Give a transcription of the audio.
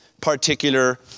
particular